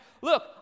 look